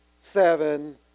seven